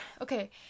Okay